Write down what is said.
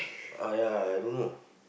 ah ya I don't know